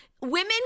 Women